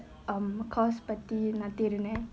err பத்தி நான் தேடுனே:pathi naan thedunaen